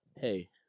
Hey